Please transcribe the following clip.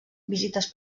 visites